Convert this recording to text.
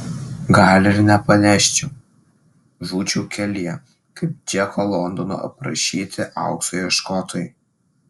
gal ir nepaneščiau žūčiau kelyje kaip džeko londono aprašyti aukso ieškotojai